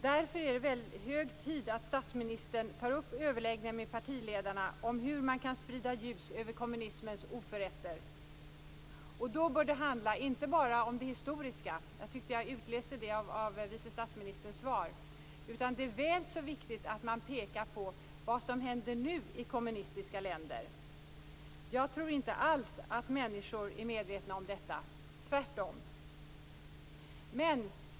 Därför är det hög tid att statsministern tar upp överläggningar med partiledarna om hur man kan sprida ljus över kommunismens oförrätter. Då bör det handla inte bara om det historiska - jag tyckte att jag utläste det av vice statsministerns svar - utan det är väl så viktigt att man pekar på vad som nu händer i kommunistiska länder. Jag tror inte alls att människor är medvetna om detta - tvärtom.